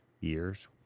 years